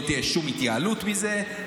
לא תהיה שום התייעלות מזה,